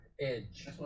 edge